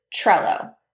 Trello